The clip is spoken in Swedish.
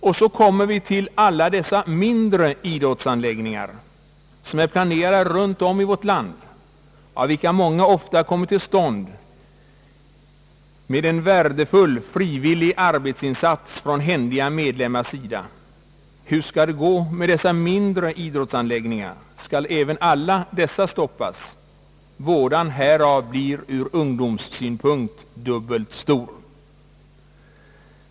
Och så kommer vi till alla dessa mindre idrottsanläggningar som är planerade runtom i vårt land, av vilka många ofta kommer till stånd med en värdefull = frivillig arbetsinsats från händiga medlemmars sida. Hur skall det gå med dessa mindre idrottsanläggningar? Skall även alla dessa stoppas? Vådan härav blir ju ur ungdomssynpunkt dubbelt stor.